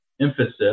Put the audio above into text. emphasis